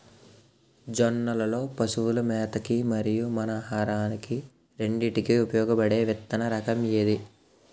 జొన్నలు లో పశువుల మేత కి మరియు మన ఆహారానికి రెండింటికి ఉపయోగపడే విత్తన రకం ఏది?